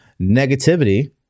negativity